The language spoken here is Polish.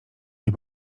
nie